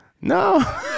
No